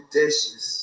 dishes